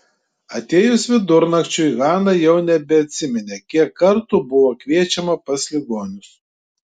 atėjus vidurnakčiui hana jau nebeatsiminė kiek kartų buvo kviečiama pas ligonius